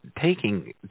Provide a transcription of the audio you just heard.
taking